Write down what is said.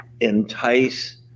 entice